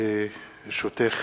ברשותך,